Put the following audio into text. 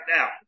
Now